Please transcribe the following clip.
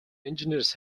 engineers